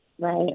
Right